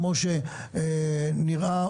כמו שנראה,